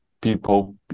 people